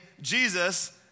Jesus